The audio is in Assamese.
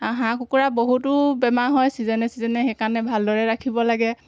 হাঁহ কুকুৰা বহুতো বেমাৰ হয় চিজনে চিজনে সেইকাৰণে ভালদৰে ৰাখিব লাগে